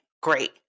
great